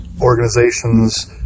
organizations